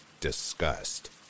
disgust